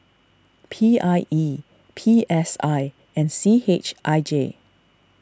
P I E P S I and C H I J